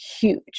huge